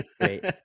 Great